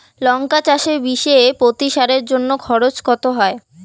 লঙ্কা চাষে বিষে প্রতি সারের জন্য খরচ কত হয়?